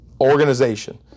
organization